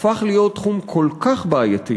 הפך להיות תחום כל כך בעייתי,